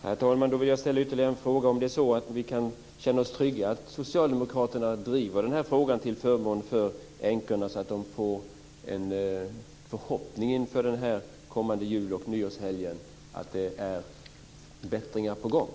Herr talman! Då vill jag ställa ytterligare en fråga: Är det så att vi kan känna oss trygga i att Socialdemokraterna driver den här frågan till förmån för änkorna så att de får en förhoppning inför den kommande jul och nyårshelgen om att det är bättringar på gång?